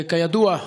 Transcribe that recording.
כידוע,